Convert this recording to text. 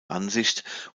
ansicht